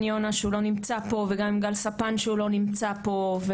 יונה שלא נמצא פה וגם עם גל ספן שלא נמצא פה,